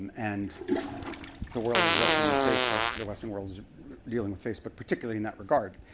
and the world is wrestling with facebook. the western world is dealing with facebook particularly in that regard,